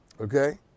okay